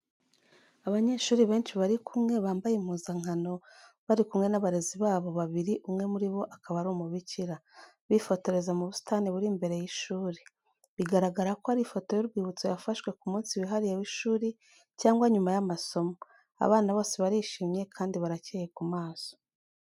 Abanyeshuri benshi bari kumwe, bambaye impuzankano bari kumwe n’abarezi babo babiri umwe muri bo akaba ari umubikira, bifotoreza mu busitani buri imbere y’ishuri. Bigaragara ko ari ifoto y’urwibutso yafashwe ku munsi wihariye w’ishuri cyangwa nyuma y’amasomo. Abana bose barishimye kandi baracyeye ku maso.